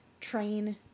train